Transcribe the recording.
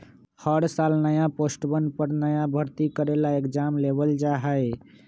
हर साल नया पोस्टवन पर नया भर्ती करे ला एग्जाम लेबल जा हई